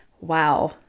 Wow